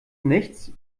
nichts